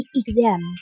exam